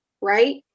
right